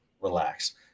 relax